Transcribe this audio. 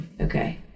Okay